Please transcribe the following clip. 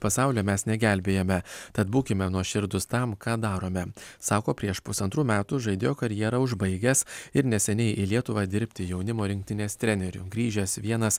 pasaulio mes negelbėjame tad būkime nuoširdūs tam ką darome sako prieš pusantrų metų žaidėjo karjerą užbaigęs ir neseniai į lietuvą dirbti jaunimo rinktinės treneriu grįžęs vienas